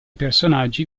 personaggi